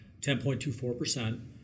10.24%